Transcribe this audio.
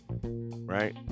right